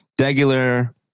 regular